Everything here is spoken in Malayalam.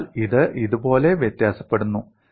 അതിനാൽ ഇത് ഇതുപോലെ വ്യത്യാസപ്പെടുന്നു